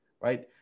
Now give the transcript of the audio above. right